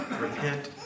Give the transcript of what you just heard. repent